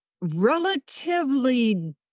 relatively